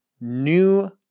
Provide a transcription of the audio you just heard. new